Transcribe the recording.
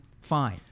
fine